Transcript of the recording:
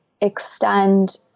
extend